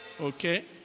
Okay